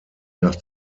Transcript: nach